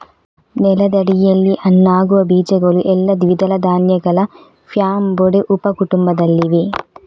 ನೆಲದಡಿಯಲ್ಲಿ ಹಣ್ಣಾಗುವ ಬೀಜಗಳು ಎಲ್ಲಾ ದ್ವಿದಳ ಧಾನ್ಯಗಳ ಫ್ಯಾಬೊಡೆ ಉಪ ಕುಟುಂಬದಲ್ಲಿವೆ